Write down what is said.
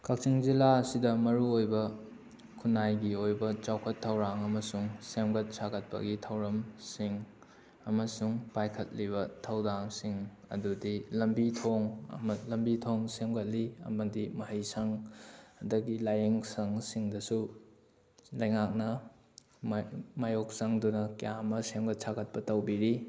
ꯀꯛꯆꯤꯡ ꯖꯤꯜꯂꯥ ꯑꯁꯤꯗ ꯃꯔꯨ ꯑꯣꯏꯕ ꯈꯨꯟꯅꯥꯏꯒꯤ ꯑꯣꯏꯕ ꯆꯥꯎꯈꯠ ꯊꯧꯔꯥꯡ ꯑꯃꯁꯨꯡ ꯁꯦꯝꯒꯠ ꯁꯥꯒꯠꯄꯒꯤ ꯊꯧꯔꯝꯁꯤꯡ ꯑꯃꯁꯨꯡ ꯄꯥꯏꯈꯠꯂꯤꯕ ꯊꯧꯗꯥꯡꯁꯤꯡ ꯑꯗꯨꯗꯤ ꯂꯝꯕꯤ ꯊꯣꯡ ꯂꯝꯕꯤ ꯊꯣꯡ ꯁꯦꯝꯒꯠꯂꯤ ꯑꯃꯗꯤ ꯃꯍꯩ ꯁꯪ ꯑꯗꯒꯤ ꯂꯥꯏꯌꯦꯡ ꯁꯪꯁꯤꯡꯗꯁꯨ ꯂꯩꯉꯥꯛꯅ ꯃꯥꯏꯌꯣꯛ ꯆꯪꯗꯨꯅ ꯀꯌꯥ ꯑꯃ ꯁꯦꯝꯒꯠ ꯁꯥꯒꯠꯄ ꯇꯧꯕꯤꯔꯤ